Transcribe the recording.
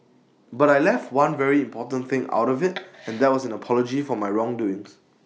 but I left one very important thing out of IT and that was an apology for my wrong doings